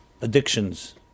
addictions